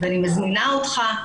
אני מזמינה אותך,